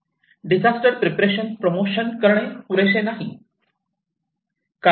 disaster preparedness promotion करणे पुरेसे नाही